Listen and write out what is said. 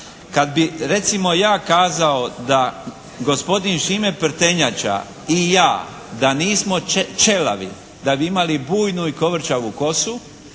kad bi recimo ja kazao da gospodin Šime Prtenjača i ja, da nismo ćelavi da bi imali bujnu i kovrčavu kosu